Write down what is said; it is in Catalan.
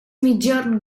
migjorn